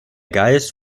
geist